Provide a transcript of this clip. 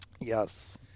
Yes